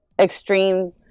extreme